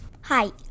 Hi